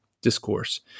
discourse